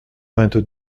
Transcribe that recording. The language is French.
vingt